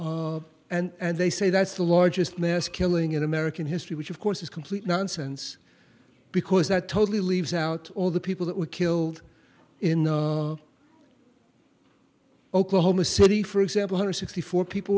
wounded and they say that's the largest mass killing in american history which of course is complete nonsense because that totally leaves out all the people that were killed in the oklahoma city for example hundred sixty four people